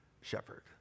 shepherd